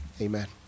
Amen